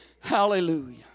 Hallelujah